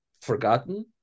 forgotten